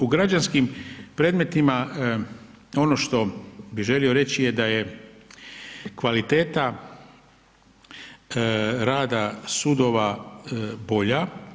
U građanskim predmetima ono što bi želio reći je da je kvaliteta rada sudova bolja.